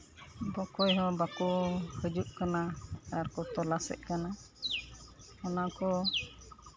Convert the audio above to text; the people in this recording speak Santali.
ᱚᱠᱚᱭᱦᱚᱸ ᱵᱟᱠᱚ ᱡᱦᱤᱡᱩᱜ ᱠᱟᱱᱟ ᱟᱨ ᱠᱚ ᱛᱚᱞᱟᱥᱮᱫ ᱠᱟᱱᱟ ᱚᱱᱟᱠᱚ